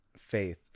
Faith